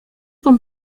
con